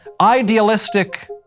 idealistic